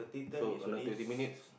so on the twenty minutes